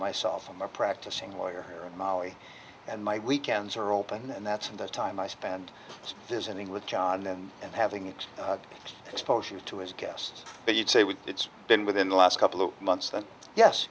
myself i'm a practicing lawyer here in maui and my weekends are open and that's when the time i spend visiting with john and and having it exposure to his guests but you say we it's been within the last couple of months that yes